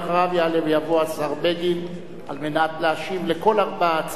אחריו יעלה ויבוא השר בגין על מנת להשיב על כל ארבע ההצעות.